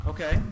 Okay